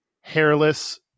hairless